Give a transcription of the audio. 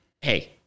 hey